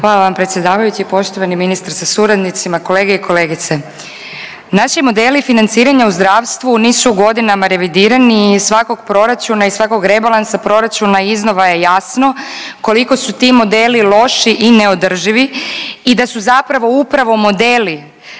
Hvala vam predsjedavajući. Poštovani ministre sa suradnicima, kolege i kolegice, naši modeli financiranja u zdravstvu nisu godinama revidirani i iz svakog proračuna, iz svakog rebalansa proračuna iznova je jasno koliko su ti modeli loši i neodrživi i da su zapravo upravo modeli